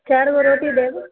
चारिगो रोटी देब